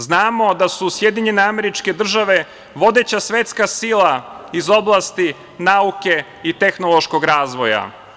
Znamo da su SAD vodeća svetska sila iz oblasti nauke i tehnološkog razvoja.